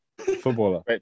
Footballer